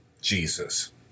Jesus